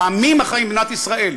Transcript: בעמים החיים במדינת ישראל,